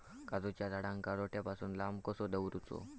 काजूच्या झाडांका रोट्या पासून लांब कसो दवरूचो?